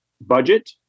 budget